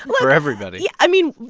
for everybody i mean,